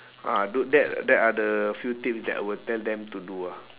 ah tho~ that that are the few tips that I will tell them to do ah